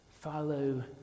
Follow